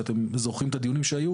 שאתם זוכרים את הדיונים שהיו.